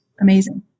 amazing